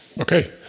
Okay